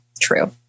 true